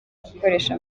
gukoresha